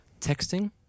Texting